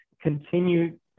continue